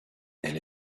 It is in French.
elle